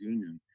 Union